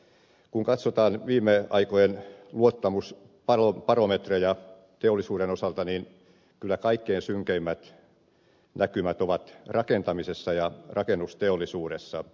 kun katsotaan viime aikojen luottamusbarometreja teollisuuden osalta niin kyllä kaikkein synkeimmät näkymät ovat rakentamisessa ja rakennusteollisuudessa